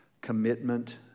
commitment